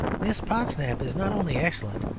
miss podsnap is not only excellent,